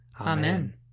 Amen